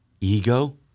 Ego